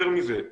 יותר מזה,